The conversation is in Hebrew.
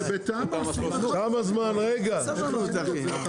כמה זמן חוף טרפז יהיה מוכן?